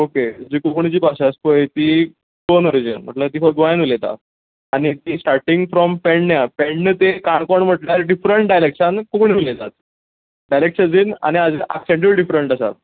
okay जी कोंकणी जी भाशा आसा पळय ती गोवन ओरिजीन म्हटल्यार ती फक्त गोंयान उलयता and it is starting from पेडण्यां पेडणे ते काणकोण म्हटल्यार डिफरंट डायलेक्टसान कोंकणी उलयतात डायलेक्टस एज इन आनी एक्संटय डिफरंट आसा